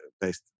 based